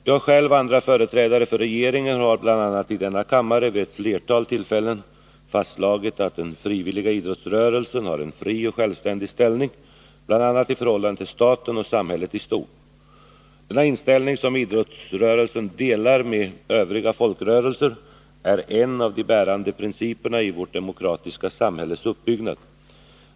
Jag själv och andra företrädare för regeringen har bl.a. i denna kammare vid ett flertal tillfällen fastslagit att den frivilliga idrottsrörelsen har en fri och självständig ställning bl.a. i förhållande till staten och samhället i stort. Denna ställning, som idrottsrörelsen delar med övriga folkrörelser, är en av de bärande principerna i vårt demokratiska samhälles uppbyggnad.